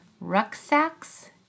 Rucksacks